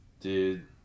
Dude